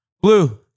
blue